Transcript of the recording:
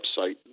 website